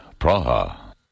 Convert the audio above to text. Praha